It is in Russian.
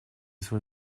свой